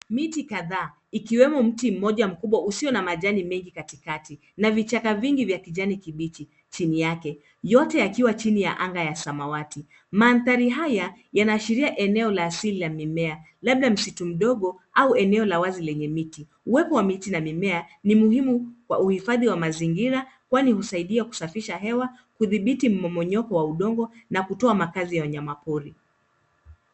Miti kadha ikiwemo mti mmoja mkubwa usio na majani mengi katikati na vichaka vingi vya kijani kibichi chini yake yote yakiwa chini ya anga ya samawati. Mandhari haya yanaashiria eneo la asili ya mimea labda msitu mdogo au eneo la wazi lenye miti. Uwepo wa miti na mimea ni muhimu kwa uhifadhi wa mazingira kwani husaidia kusafisha hewa, kudhibiti mmomonyoko wa udongo na kutoa makazi ya wanyamapori.